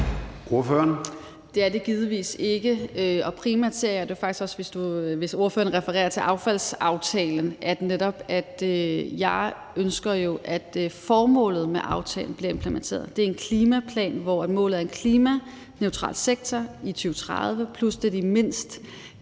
(ALT): Det er det givetvis ikke. Og primært ser jeg det faktisk også sådan, hvis ordføreren refererer til affaldsaftalen, at jeg jo netop ønsker, at formålet med aftalen bliver implementeret. Det er en klimaplan, hvor målet er en klimaneutral sektor i 2030, plus at det er de mindst